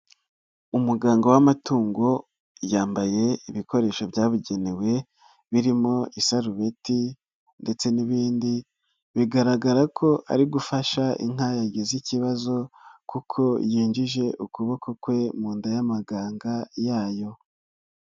Umuganga w'amatungo yambaye ibikoresho byabugenewe birimo isarubeti ndetse n'ibindi bigaragara ko ari gufasha inka yagize ikibazo kuko yinjije ukuboko kwe mu nda y'amaganga yayo.